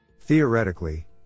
Theoretically